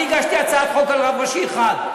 אני הגשתי הצעת חוק על רב ראשי אחד,